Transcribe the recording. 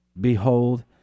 Behold